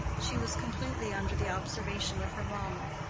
she was completely under the observation of her mamma,